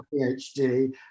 PhD